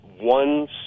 one